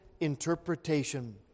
interpretation